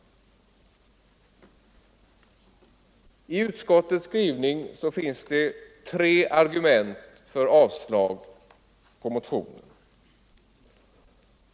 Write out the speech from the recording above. I utskottets skrivning finns tre argument för avslag på motionen.